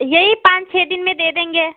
यही पाँच छः दिन में दे देंगे